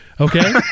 okay